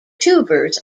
tubers